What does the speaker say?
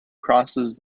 crosses